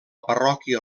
parròquia